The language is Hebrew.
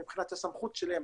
מבחינת הסמכות שלהם,